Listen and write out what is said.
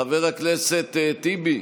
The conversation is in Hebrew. חבר הכנסת טיבי,